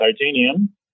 titanium